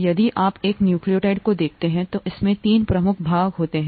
यदि आप एक न्यूक्लियोटाइड को देखते हैं तो इसमें तीन प्रमुख भाग होते हैं